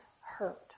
hurt